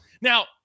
Now